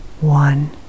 one